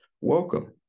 Welcome